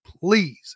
please